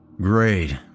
Great